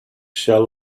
shell